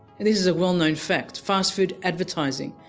and this is a well-known fact. fast food advertising,